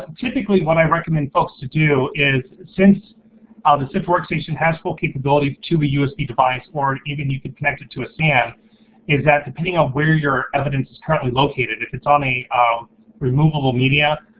um typically, what i recommend folks to do is, since ah the sift workstation has full capability to be usb device or even you can connect it to a sans is that depending on where your evidence is currently located, if it's on a removable media,